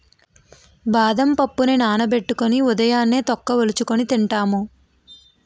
బాదం పప్పుని నానబెట్టుకొని ఉదయాన్నే తొక్క వలుచుకొని తింటాము